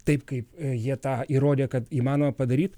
taip kaip jie tą įrodė kad įmanoma padaryti